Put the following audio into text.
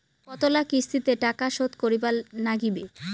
কতোলা কিস্তিতে টাকা শোধ করিবার নাগীবে?